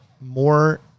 more